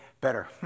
better